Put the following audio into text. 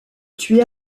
tuer